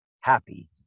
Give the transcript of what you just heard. happy